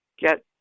get